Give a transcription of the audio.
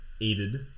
Aided